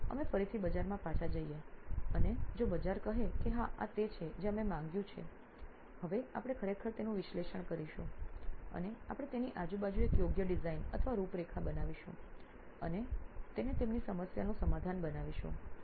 તેથી અમે ફરીથી બજારમાં પાછા જઈએ અને જો બજાર કહે કે હા આ તે છે જે અમે માંગ્યું છે હવે આપણે ખરેખર તેનું વિશ્લેષણ કરીશું અને આપણે તેની આજુબાજુ એક યોગ્ય ડિઝાઇન અથવા રૂપરેખા બનાવીશું અને તેને તેમની સમસ્યાનું સમાધાન બનાવીશું